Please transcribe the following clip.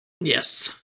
Yes